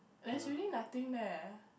that's really nothing there